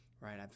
right